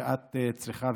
שאת צריכה,